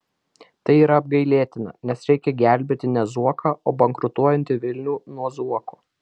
tai yra apgailėtina nes reikia gelbėti ne zuoką o bankrutuojantį vilnių nuo zuoko